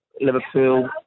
Liverpool